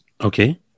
Okay